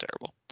terrible